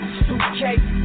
suitcase